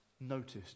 noticed